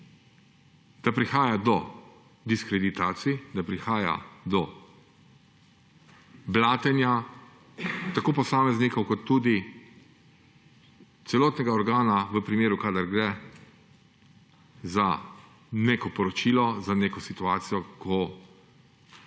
da prihaja do diskreditacij, da prihaja do blatenja tako posameznikov kot tudi celotnega organa, kadar gre za neko poročilo, za neko situacijo, ki